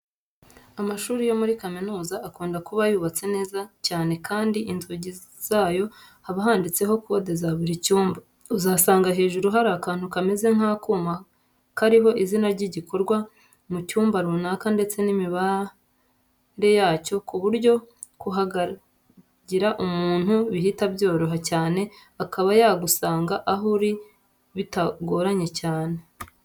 Amashuri yo muri kaminuza akunda kuba yubatse neza cyane kandi inzugi zayo haba handitseho kode za buri cyumba. Uzasanga hejuru hari akantu kameze nk'akuma kariho izina ry'igikorerwa mu cyumba runaka ndetse n'imibare yacyo ku buryo kuharangira umuntu bihita byoroha cyane akaba yagusanga aho uri bitagoranye cyane.